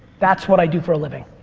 that's what i do for a living.